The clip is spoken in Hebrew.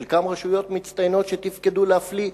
חלקן רשויות מצטיינות שתפקדו להפליא,